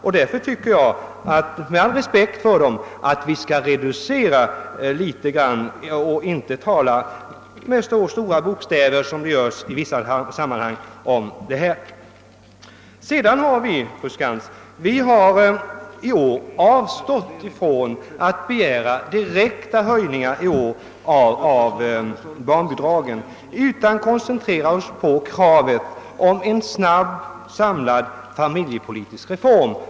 Med all respekt för bidragen me nar jag därför att vi skall reducera deras betydelse litet grand och inte tala om dem med så stora bokstäver som man gör i vissa sammanhang. I år har vi avstått, fru Skantz, från att begära direkta höjningar av barnbidragen. Vi koncentrerar oss i stället på kravet på en snabb, samlad familjepolitisk reform.